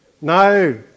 No